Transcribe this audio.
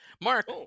Mark